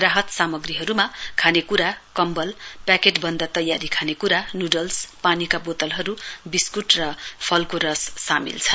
राहत सामग्रीहरूमा खानेकुरा कम्बल प्याकेट बन्द तयारी खानेकुरा नूडल्स पानीका बोतलहरू विस्कुट र फलको रस सामेल छन्